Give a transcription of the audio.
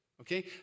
Okay